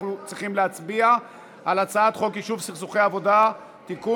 אנחנו צריכים להצביע על הצעת חוק יישוב סכסוכי עבודה (תיקון,